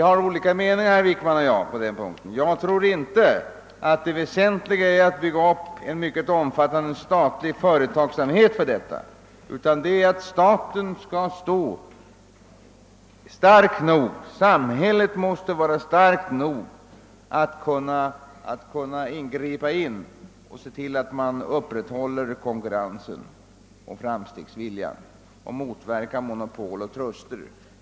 Herr Wickman och jag har olika meningar på den punkten. Jag tror inte att det väsentliga är att bygga upp en mycket omfattande statlig verksamhet härför, utan vad det gäller är att samhället skall vara starkt nog att kunna gripa in och se till att konkurrensen och framstegsviljan upprätthålls och att monopol och truster motverkas.